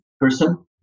person